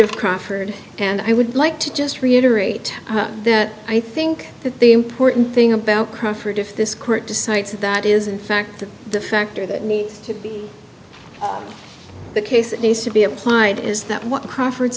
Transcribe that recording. of crawford and i would like to just reiterate that i think that the important thing about crawford if this court decides that is in fact the factor that needs to be the case they should be applied is that